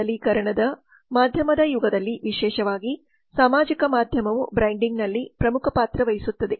ಡಿಜಿಟಲೀಕರಣ ಮಾಧ್ಯಮದ ಯುಗದಲ್ಲಿ ವಿಶೇಷವಾಗಿ ಸಾಮಾಜಿಕ ಮಾಧ್ಯಮವು ಬ್ರ್ಯಾಂಡಿಂಗ್ನಲ್ಲಿ ಪ್ರಮುಖ ಪಾತ್ರ ವಹಿಸುತ್ತದೆ